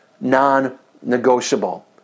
non-negotiable